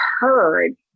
heard